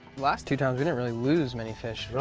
last two times we didn't really lose many fish,